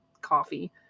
coffee